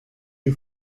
you